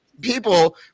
people